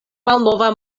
malnova